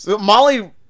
Molly